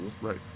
Right